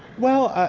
well,